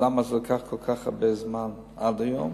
למה זה לקח כל כך הרבה זמן עד היום